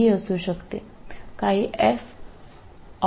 ചില പൊതുവായ f